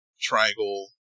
triangle